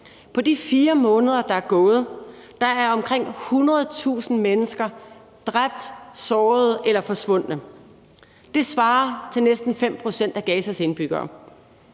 På de 4 måneder, der er gået, er omkring 100.000 mennesker dræbt, såret eller forsvundet. Det svarer til næsten 5 pct. af Gazas indbyggere.